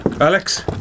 Alex